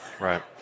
Right